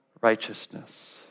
righteousness